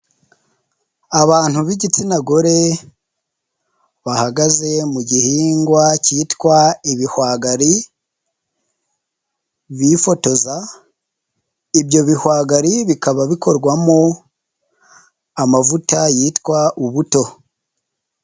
Abantu b'igitsina gore bahagaze mu gihingwa cyitwa ibihwagari, bifotoza, ibyo bihwagari bikaba bikorwamo amavuta yitwa ubuto.